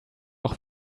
auch